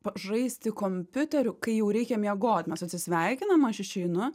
pažaisti kompiuteriu kai jau reikia miegot mes atsisveikinam aš išeinu